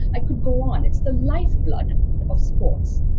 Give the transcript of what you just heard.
i could go on. it's the lifeblood of sports.